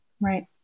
Right